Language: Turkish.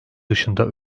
dışında